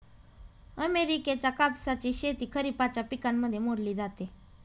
अमेरिकेच्या कापसाची शेती खरिपाच्या पिकांमध्ये मोडली जाते